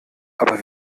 aber